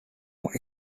more